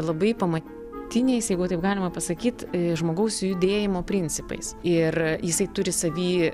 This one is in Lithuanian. labai pamatiniais jeigu taip galima pasakyt žmogaus judėjimo principais ir jisai turi savy